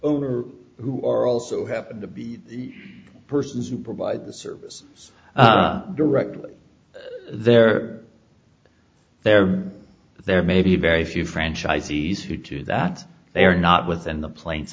owner who are also happen to be persons who provide the services directly there there there may be very few franchisees who to that they are not within the pla